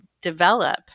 develop